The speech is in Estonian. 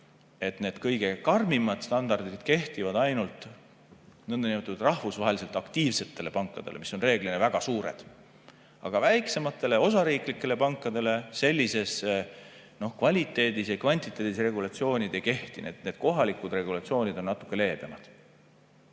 et need kõige karmimad standardid kehtivad ainult nõndanimetatud rahvusvaheliselt aktiivsetele pankadele, mis on reeglina väga suured. Väiksematele osariiklikele pankadele sellises kvaliteedis ja kvantiteedis regulatsioonid ei kehti. Need kohalikud regulatsioonid on natuke leebemad.